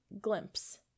glimpse